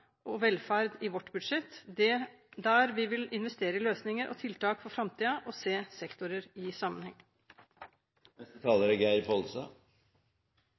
og velferd i vårt budsjett, og der vi vil investere i løsninger og tiltak i framtiden og se sektorer i